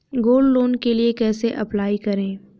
Gold loan के लिए कैसे अप्लाई करें?